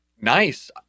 Nice